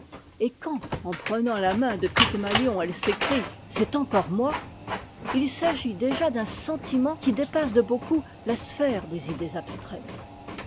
mais quand en prenant la main de pygmalion elle s'écrie c'est encore moi il s'agit déjà d'un sentiment qui dépasse de beaucoup la sphère des idées abstraites